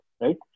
right